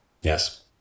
Yes